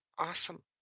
awesome